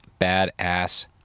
badass